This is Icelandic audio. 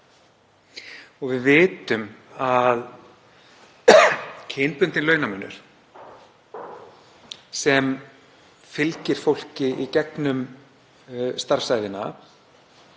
Við vitum að kynbundinn launamunur sem fylgir fólki í gegnum starfsævina